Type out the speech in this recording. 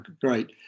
great